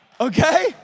Okay